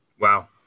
Wow